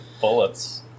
bullets